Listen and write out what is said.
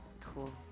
Cool